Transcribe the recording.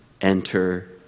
enter